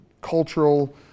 cultural